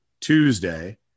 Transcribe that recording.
Tuesday